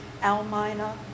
Almina